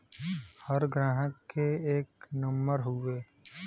हर ग्राहक के एक नम्बर हउवे